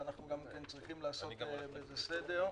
ואנחנו גם צריכים לעשות בזה סדר.